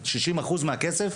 60% מהכסף,